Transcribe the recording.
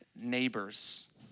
Neighbors